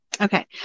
okay